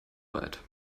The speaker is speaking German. weit